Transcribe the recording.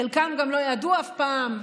חלקם גם לא ידעו אף פעם.